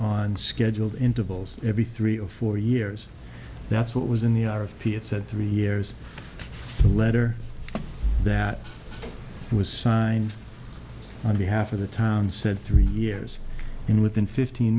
on scheduled intervals every three or four years that's what was in the honor of pete said three years the letter that was signed on behalf of the town said three years in within fifteen